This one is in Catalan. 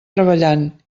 treballant